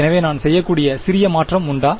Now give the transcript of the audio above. எனவே நான் செய்யக்கூடிய சிறிய மாற்றம் உண்டா